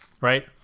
Right